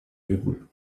üben